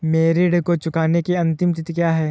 मेरे ऋण को चुकाने की अंतिम तिथि क्या है?